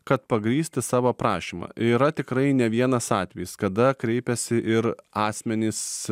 kad pagrįsti savo prašymą yra tikrai ne vienas atvejis kada kreipėsi ir asmenys